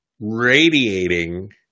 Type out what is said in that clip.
radiating